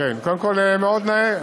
קודם כול, מאוד נאה.